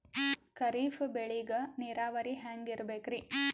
ಖರೀಫ್ ಬೇಳಿಗ ನೀರಾವರಿ ಹ್ಯಾಂಗ್ ಇರ್ಬೇಕರಿ?